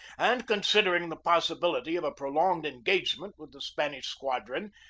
and considering the possibility of a prolonged engagement with the spanish squadron,